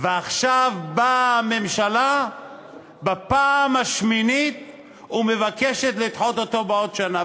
ועכשיו באה הממשלה בפעם השמינית ומבקשת לדחות אותו בעוד שנה.